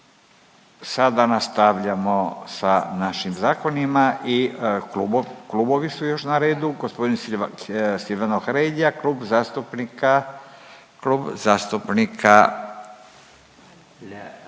Sada nastavljamo sa našim zakonima i klubovi su još na redu. G. Silvano Hrelja, klub zastupnika,